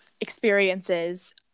experiences